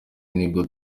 nibwo